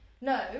No